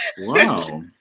Wow